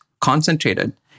concentrated